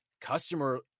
Customer